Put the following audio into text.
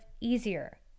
easier